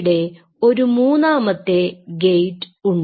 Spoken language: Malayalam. ഇവിടെ ഒരു മൂന്നാമത്തെ ഗെയ്റ്റ് ഉണ്ട്